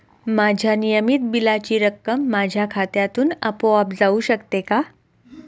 माझ्या नियमित बिलाची रक्कम माझ्या खात्यामधून आपोआप जाऊ शकते का?